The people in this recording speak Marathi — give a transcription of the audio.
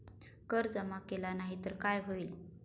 कर जमा केला नाही तर काय होईल?